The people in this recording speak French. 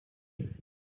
elle